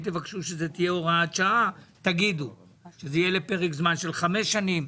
אם תבקשו שזו תהיה הוראת שעה לפרק זמן של חמש שנים.